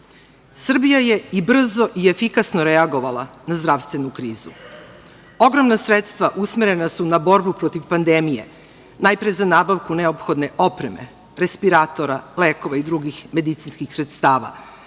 19.Srbija je i brzo i efikasno reagovala na zdravstvenu krizu. Ogromna sredstva usmerena su na borbu protiv pandemije. Najpre za nabavku neophodne opreme, respiratora, lekova i drugih medicinskih sredstava,